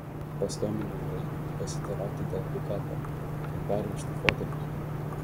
paskambinau raimiui pasiteirauti dėl pikapo kad pervežtų fotelius